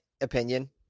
opinion